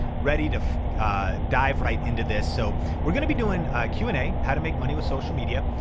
ready to dive right into this. so we're gonna be doing q and a, how to make money with social media.